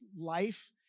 life